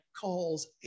calls